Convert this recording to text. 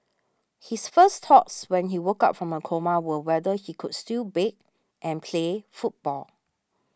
his first thoughts when he woke up from a coma were whether he could still bake and play football